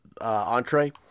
entree